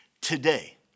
Today